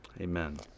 Amen